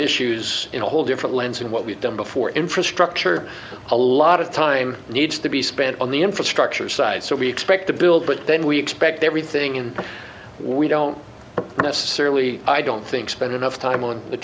issues in a whole different lens and what we've done before infrastructure a lot of time needs to be spent on the infrastructure side so we expect to build but then we expect everything and we don't necessarily i don't think spend enough time on the